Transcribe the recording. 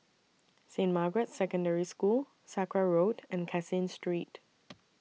Saint Margaret's Secondary School Sakra Road and Caseen Street